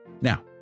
Now